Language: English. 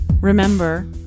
Remember